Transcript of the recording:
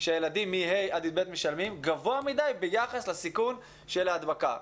שהילדים מ-ה' עד י"ב משלמים גבוה מדי ביחס לסיכון של ההדבקה.